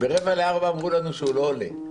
ברבע לארבע אמרו לנו שהוא לא עולה,